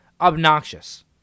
obnoxious